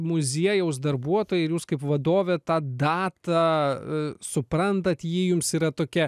muziejaus darbuotojai ir jūs kaip vadovė tą datą suprantat ji jums yra tokia